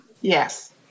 Yes